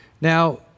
Now